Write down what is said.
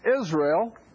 Israel